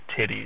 titties